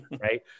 Right